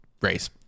race